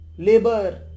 Labor